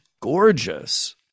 gorgeous